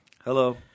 Hello